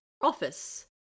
office